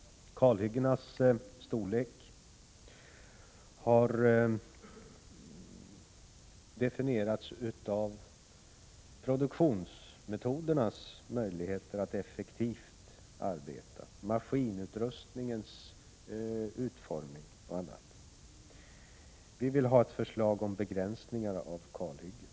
Kalhyggenas storlek har bestämts av produktionsmetodernas möjligheter att effektivt arbeta, maskinutrustningens utformning o. d. Vi vill ha ett förslag om begränsningar av kalhyggen.